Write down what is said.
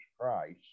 Christ